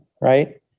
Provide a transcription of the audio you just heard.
right